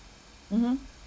mmhmm